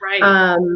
Right